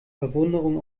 verwunderung